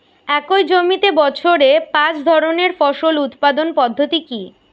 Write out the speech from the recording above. একই জমিতে বছরে পাঁচ ধরনের ফসল উৎপাদন পদ্ধতি কী?